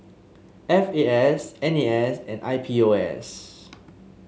F A S N A S and I P O S